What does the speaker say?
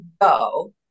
go